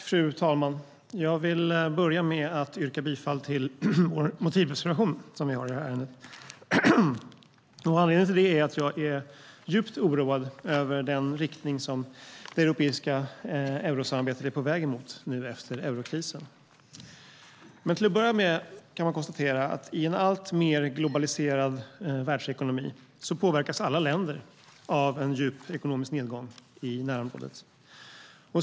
Fru talman! Jag vill börja med att yrka bifall till vår motivreservation som vi har i ärendet. Anledningen till det är att jag är djupt oroad över den riktning eurosamarbetet är på väg mot nu efter eurokrisen. Till att börja med kan man konstatera att i en alltmer globaliserad världsekonomi påverkas alla länder av en djup ekonomisk nedgång i närområdet.